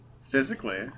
Physically